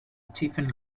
tiffany